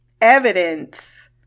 evidence